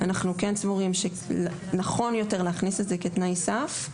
אנחנו כן סבורים שנכון יותר להכניס את זה כתנאי סף.